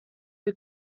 who